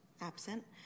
Absent